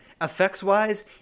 effects-wise